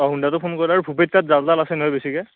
অঁ হুন্দাটো ফোন কৰি দিলি আৰু ভূপেইৰ তাত জাল তাল আছে নহয় বেছিকে